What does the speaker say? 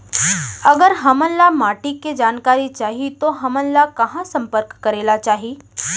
अगर हमन ला माटी के जानकारी चाही तो हमन ला कहाँ संपर्क करे ला चाही?